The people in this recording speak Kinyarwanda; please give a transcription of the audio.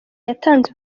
yatanze